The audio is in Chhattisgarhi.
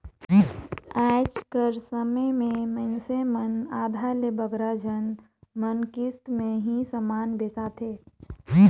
आएज कर समे में मइनसे मन आधा ले बगरा झन मन किस्त में ही समान बेसाथें